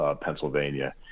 Pennsylvania